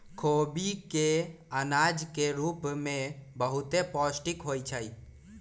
खोबि के अनाज के रूप में बहुते पौष्टिक होइ छइ